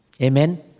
Amen